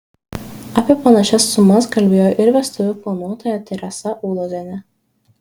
apie panašias sumas kalbėjo ir vestuvių planuotoja teresa ulozienė